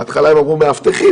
בהתחלה הם אמרו 'מאבטחים',